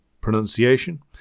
pronunciation